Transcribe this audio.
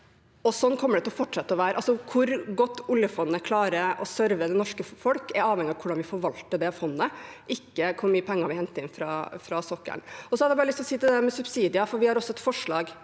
Sånn kommer det til å fortsette å være. Hvor godt oljefondet klarer å serve det norske folk, er avhengig av hvordan vi forvalter fondet, ikke hvor mye penger vi henter inn fra sokkelen. Jeg har også lyst til å si noe til det med subsidier, for vi har et forslag